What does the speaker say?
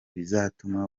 bizatuma